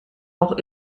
auch